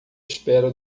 espera